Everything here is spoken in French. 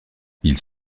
ils